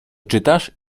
czytasz